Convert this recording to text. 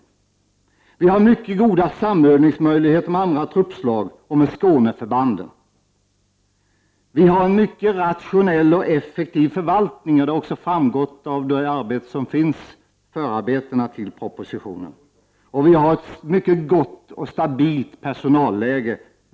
Vi har mycket goda samövningsmöjligheter med andra truppslag och med Skåneförbanden. Vi har vidare en rationell och effektiv förvaltning, vilket har framgått av förarbetena till propositionen. I 11 har också ett mycket gott och stabilt personalläge.